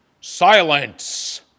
Silence